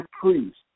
priest